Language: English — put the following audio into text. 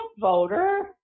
voter